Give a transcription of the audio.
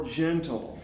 gentle